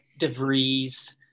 DeVries